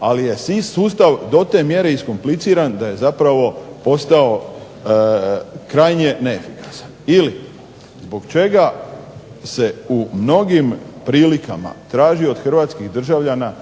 ali je sustav do te mjere iskompliciran da je zapravo postao krajnje neefikasan. Ili, zbog čega se u mnogim prilikama traži od hrvatskih državljana